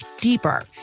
deeper